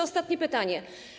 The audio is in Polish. Ostatnie pytanie.